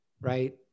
right